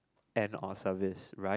and on service right